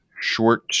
short